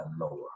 lower